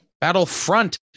Battlefront